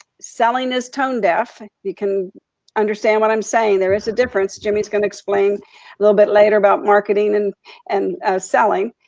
selling is tone deaf. you can understand what i'm saying, there is a difference. jimmy is gonna explain a little bit later about marketing and and selling,